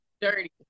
dirty